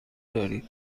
دارید